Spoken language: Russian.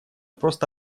просто